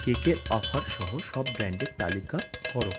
কেকের অফার সহ সব ব্র্যাণ্ডের তালিকা করো